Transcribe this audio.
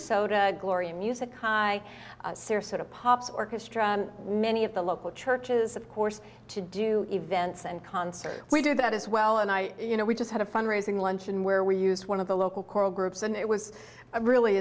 to gloria music high sarasota pops orchestra many of the local churches of course to do events and concert we do that as well and i you know we just had a fundraising luncheon where we use one of the local choral groups and it was a really